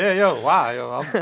yeah yo, wow,